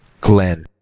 Glenn